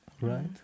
Right